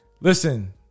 Listen